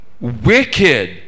wicked